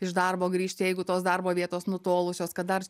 iš darbo grįžti jeigu tos darbo vietos nutolusios kad dar